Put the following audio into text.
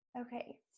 Okay